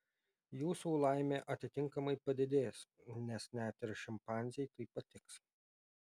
jūsų laimė atitinkamai padidės nes net ir šimpanzei tai patiks